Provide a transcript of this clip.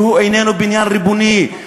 והוא איננו בניין ריבוני,